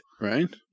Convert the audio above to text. right